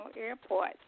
Airport